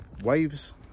waves